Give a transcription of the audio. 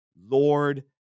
Lord